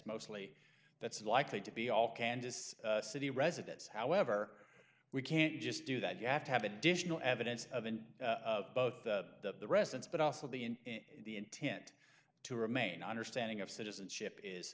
mostly that's likely to be all kansas city residents however we can't just do that you have to have additional evidence of and both the residence but also the in the intent to remain understanding of citizenship is